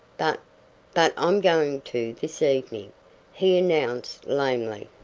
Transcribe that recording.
but but i'm going to this evening, he announced, lamely.